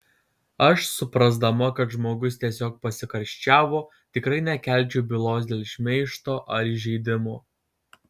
aš suprasdama kad žmogus tiesiog pasikarščiavo tikrai nekelčiau bylos dėl šmeižto ar įžeidimo